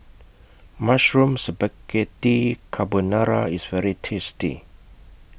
Mushroom Spaghetti Carbonara IS very tasty